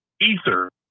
Ether